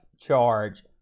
Charge